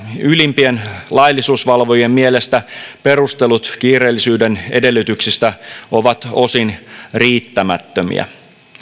ylimpien laillisuusvalvojien mielestä perustelut kiireellisyyden edellytyksistä ovat osin riittämättömiä